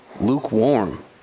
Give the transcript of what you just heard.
lukewarm